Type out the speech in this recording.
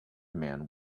man